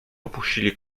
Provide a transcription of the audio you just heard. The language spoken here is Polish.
opuścili